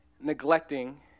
neglecting